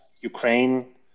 Ukraine